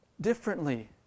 differently